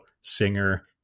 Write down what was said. Singer